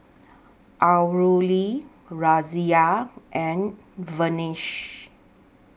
Alluri Razia and Verghese